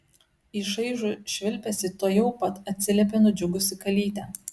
į šaižų švilpesį tuojau pat atsiliepė nudžiugusi kalytė